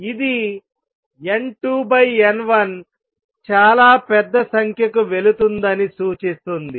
ఇది N2N1 చాలా పెద్ద సంఖ్యకు వెళుతుందని సూచిస్తుంది